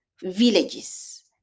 villages